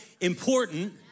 important